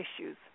issues